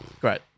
Great